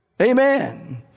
Amen